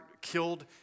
killed